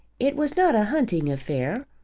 it was not a hunting affair,